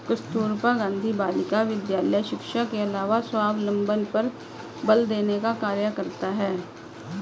कस्तूरबा गाँधी बालिका विद्यालय शिक्षा के अलावा स्वावलम्बन पर बल देने का कार्य करता है